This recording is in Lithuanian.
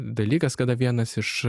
dalykas kada vienas iš